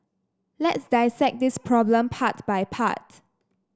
let's dissect this problem part by part